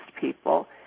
people